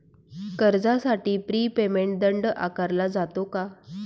कर्जासाठी prepayment दंड आकारला जातो का?